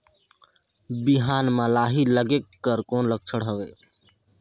बिहान म लाही लगेक कर कौन लक्षण हवे?